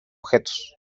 objetos